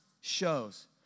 shows